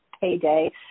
payday